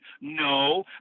No